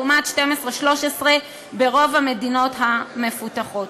לעומת 13-12 ברוב המדינות המפותחות.